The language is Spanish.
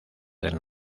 del